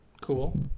Cool